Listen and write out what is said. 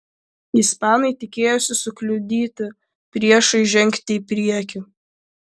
ispanai tikėjosi sukliudyti priešui žengti į priekį